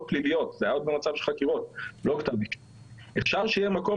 פליליות זה היה עוד במצב של חקירות ולא כתב אישום אפשר שיהיה מקום